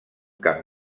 camp